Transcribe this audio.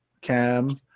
Cam